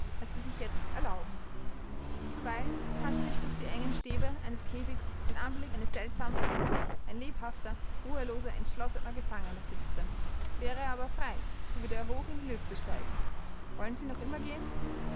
als sie sich jetzt erlauben zuweilen hasche ich durch die engen stäbe eines käfigs den anblick eines seltsamen vogels ein lebhafter ruheloser entschlossener gefangener sitzt drinnen wäre er aber frei so würde er hoch in die lüfte steigen wollen sie noch immer gehen